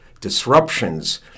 disruptions